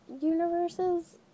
universes